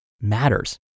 matters